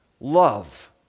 love